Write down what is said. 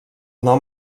nom